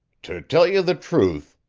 to tell you the truth,